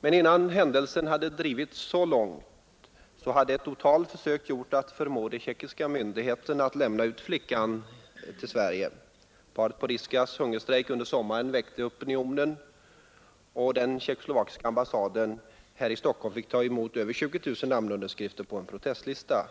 Men innan händelsen hade drivits så långt hade ett otal försök gjorts att förmå de tjeckoslovakiska myndigheterna att lämna ut flickan till Sverige. Paret Porizkas hungerstrejk under sommaren väckte opinionen, och den tjeckoslovakiska ambassaden här i Stockholm fick ta emot över 20 000 namnunderskrifter på en protestlista.